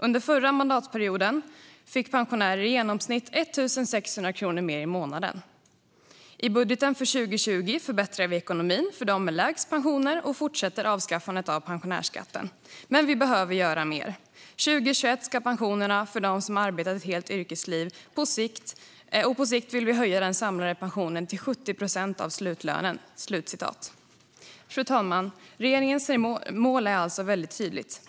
Under förra mandatperioden fick pensionärer i genomsnitt 1 600 kronor mer i plånboken varje månad. I budgeten för 2020 förbättrar vi ekonomin för de med lägst pensioner och fortsätter avskaffandet av pensionärsskatten. Men vi behöver göra mer. 2021 ska vi höja pensionerna för de som arbetat ett helt yrkesliv och på sikt vill vi höja den samlade pensionen till 70 procent av slutlönen." Fru talman! Regeringens mål är alltså väldigt tydligt.